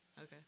Okay